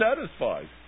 satisfied